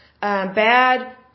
bad